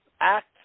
act